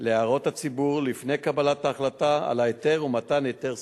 להערות הציבור לפני קבלת ההחלטה על ההיתר ומתן היתר סופי.